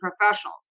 professionals